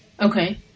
Okay